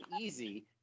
easy